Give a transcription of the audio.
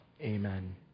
Amen